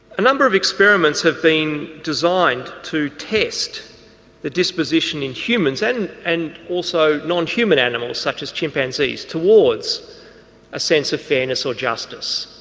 a number of experiments have been designed to test the disposition in humans and and also non-human animals such as chimpanzees towards a sense of fairness or justice.